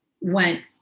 went